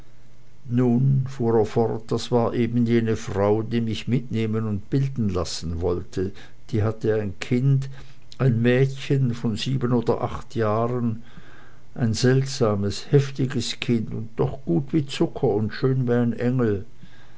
fort das war eben jene frau die mich mitnehmen und bilden lassen wollte die hatte ein kind ein mädchen von sieben oder acht jahren ein seltsames heftiges kind und doch gut wie zucker und schön wie ein engel